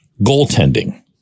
goaltending